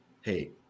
hey